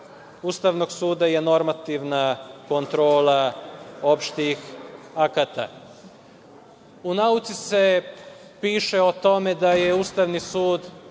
Ustavnog suda je normativna kontrola opštih akata. U nauci se piše o tome da je Ustavni sud